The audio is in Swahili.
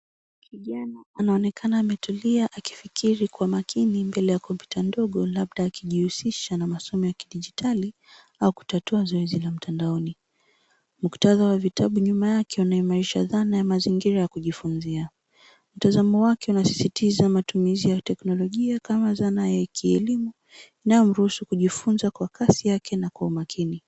Kijana anaonekana ametulia, akifikiri kwa makini mbele ya kompyuta ndogo, labda akinihusisha na masomo ya kidijitali, au kutatua zoezi la mtandaoni. Muktadha wa vitabu nyuma yake unaimarisha dhana ya mazingira ya kujifunzia. Mtazamo wake unasisitiza matumizi ya teknolojia kama zana yakielimu inayomruhusu kujifunza kwa kasi yake na kwa umakini.